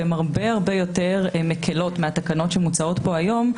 והן הרבה הרבה יותר מקלות מהתקנות שמוצעות פה היום,